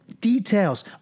details